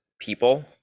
people